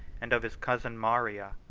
and of his cousin maria,